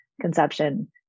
conception